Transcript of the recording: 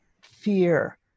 fear